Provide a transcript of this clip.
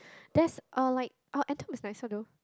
there's uh like Antwerp is nicer though